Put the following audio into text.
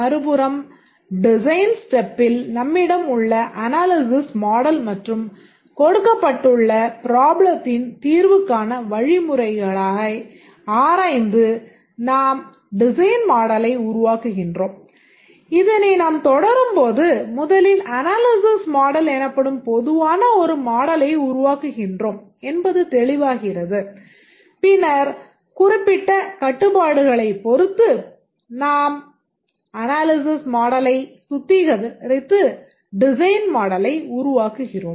மறுபுறம் டிசைன் ஸ்டெப்பில் பொறுத்து நாம் அனாலிசிஸ் மாடலை சுத்திகரித்து டிசைன் மாடலை உருவாக்குகிறோம்